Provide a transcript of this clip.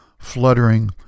fluttering